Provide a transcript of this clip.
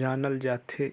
जानल जाथे